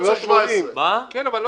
זה יוצא 17 - 35%.